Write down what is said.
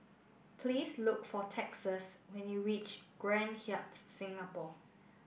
please look for Texas when you reach Grand Hyatt Singapore